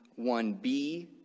1B